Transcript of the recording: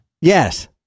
Yes